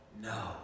no